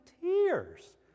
tears